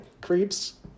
creeps